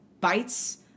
bites